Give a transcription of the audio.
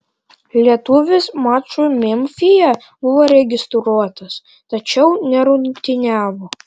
lietuvis mačui memfyje buvo registruotas tačiau nerungtyniavo